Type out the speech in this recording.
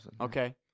Okay